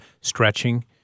stretching